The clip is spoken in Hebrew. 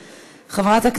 מוותרת.